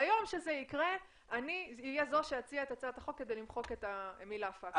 ביום שזה יהיה אני אהיה זו שאציע את הצעת החוק כדי למחוק את המילה פקס.